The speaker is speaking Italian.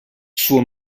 suo